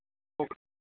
हो